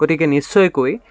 গতিকে নিশ্চয়কৈ